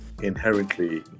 inherently